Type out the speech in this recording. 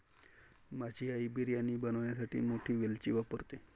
माझी आई बिर्याणी बनवण्यासाठी मोठी वेलची वापरते